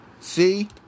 See